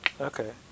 okay